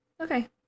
Okay